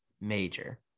Major